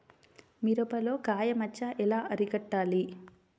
మిరపలో కాయ మచ్చ ఎలా అరికట్టాలి?